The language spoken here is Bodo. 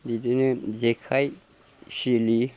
बिदिनो जेखाइ सिलि